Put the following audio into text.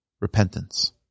repentance